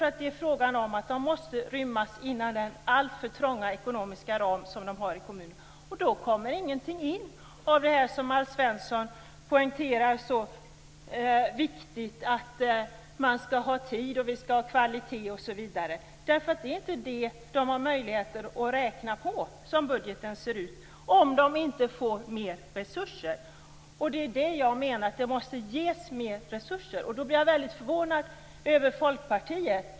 Allt måste rymmas inom den alltför trånga ekonomiska ramen i kommunerna. Då kommer inget in av allt det som Alf Svensson poängterar och säger är så viktigt; att man skall ha tid, att vi skall ha kvalitet osv. Det är inte det de har möjligheter att räkna på som budgeten ser ut - om de inte får mer resurser. Det är det jag menar: Det måste ges mer resurser. Då blir jag väldigt förvånad över Folkpartiet.